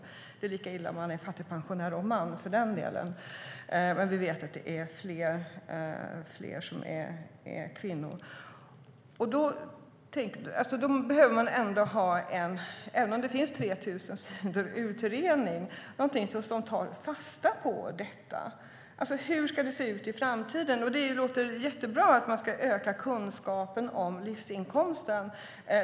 Om man är fattigpensionär är det lika illa oavsett om man är kvinna eller man, men vi vet att det är fler kvinnor som är det. Även om det finns en utredning på 3 000 sidor behöver man ha något som tar fasta på detta. Hur ska det se ut i framtiden? Det är jättebra att man ska öka kunskapen om livsinkomsten.